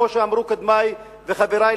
כמו שאמרו קודמי וחברי,